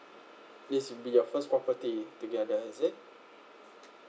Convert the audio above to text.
it's be your first property together is it